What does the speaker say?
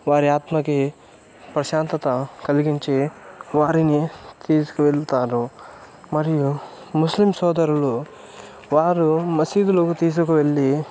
వారి ఆత్మకి ప్రశాంతత కలిగించే వారిని తీసుకువెళ్తారు మరియు ముస్లిం సోదరులు వారు మసీదులోకి తీసుకువెళ్లి